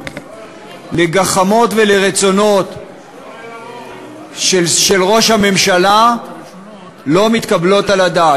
לגחמות ולרצונות של ראש הממשלה לא מתקבל על הדעת.